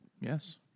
Yes